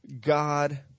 God